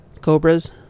Cobras